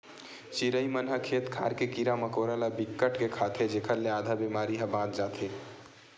चिरई मन ह खेत खार के कीरा मकोरा ल बिकट के खाथे जेखर ले आधा बेमारी ह बाच जाथे